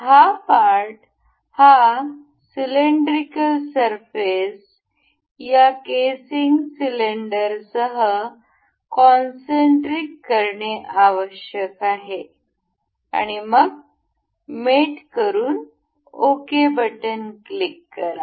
हा पार्ट हा cylindrical surface या केसिंग सिलेंडरसह कोनसेंटरिक करणे आवश्यक आहे आणि मग मेट करून ओके बटण क्लिक करा